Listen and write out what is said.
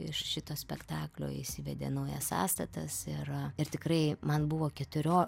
iš šito spektaklio įsivedė naujas sąstatas ir ir tikrai man buvo keturio